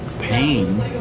pain